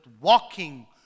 walking